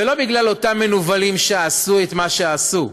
ולא בגלל אותם מנוולים שעשו את מה שעשו,